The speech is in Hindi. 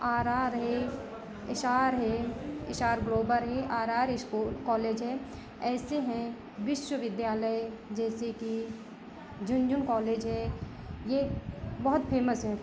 आर आर है एश आर है एश आर ग्रोबर यह आर आर इस्कूल कॉलेज है ऐसे हैं विश्वविद्यालय जैसे कि झुनझुन कॉलेज है यह बहुत फ़ेमस हैं